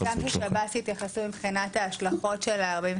אשמח ששב"ס גם יתייחסו להשלכות של ה-48